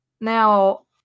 Now